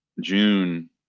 June